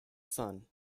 son